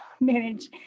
manage